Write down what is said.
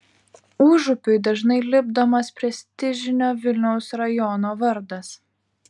užupiui dažnai lipdomas prestižinio vilniaus rajono vardas